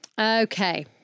Okay